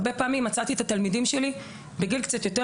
הרבה פעמים מצאתי את התלמידים שלי בגיל קצת יותר